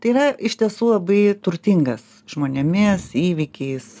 tai yra iš tiesų labai turtingas žmonėmis įvykiais